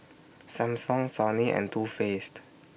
Samsung Sony and Too Faced